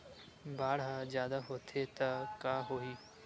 बाढ़ ह जादा होथे त का होही?